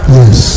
yes